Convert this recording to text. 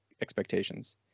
expectations